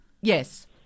Yes